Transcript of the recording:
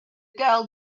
girl